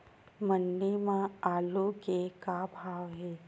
मंडी म आलू के का भाव हे?